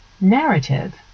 narrative